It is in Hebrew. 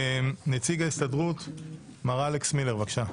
נציג ההסתדרות, מר אלכס מילר, בבקשה.